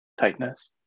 tightness